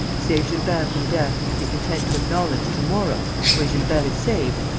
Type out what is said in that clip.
save gilbert from death and be content to acknowledge to-morrow, when gilbert is saved,